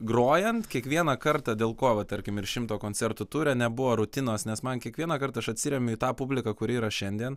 grojant kiekvieną kartą dėl ko vat tarkim ir šimto koncertų ture nebuvo rutinos nes man kiekvienąkart aš atsiremiu į tą publiką kuri yra šiandien